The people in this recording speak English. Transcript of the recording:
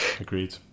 Agreed